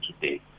today